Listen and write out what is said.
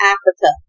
Africa